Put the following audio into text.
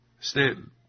Stanton